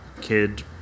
kid